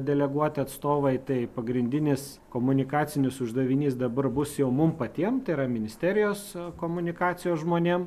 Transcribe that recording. deleguoti atstovai tai pagrindinis komunikacinis uždavinys dabar bus jau mum patiem tai yra ministerijos komunikacijos žmonėm